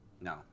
No